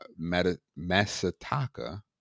Masataka